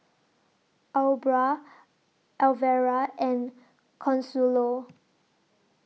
Aubra Alvera and Consuelo